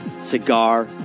Cigar